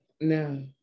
No